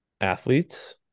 athletes